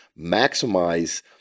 maximize